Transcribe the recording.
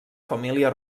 família